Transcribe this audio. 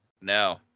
No